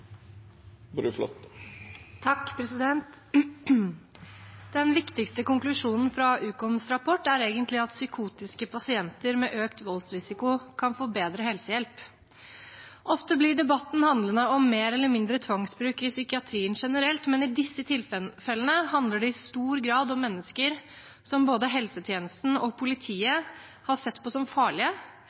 Den viktigste konklusjonen fra Ukoms rapport er egentlig at psykotiske pasienter med økt voldsrisiko kan få bedre helsehjelp. Ofte blir debatten handlende om mer eller mindre tvangsbruk i psykiatrien generelt, men i disse tilfellene handler det i stor grad om mennesker som både helsetjenesten og politiet har sett på som farlige,